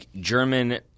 German